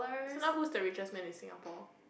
so now who's the richest man in Singapore